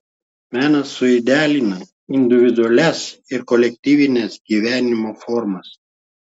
menas suidealina individualias ir kolektyvines gyvenimo formas